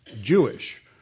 Jewish